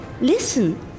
listen